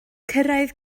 cyrraedd